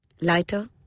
Lighter